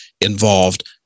involved